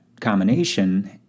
combination